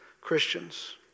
Christians